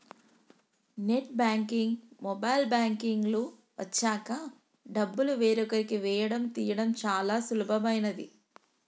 net banking, mobile banking లు వచ్చాక డబ్బులు వేరొకరికి వేయడం తీయడం చాలా సులభమైనది